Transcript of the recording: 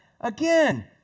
again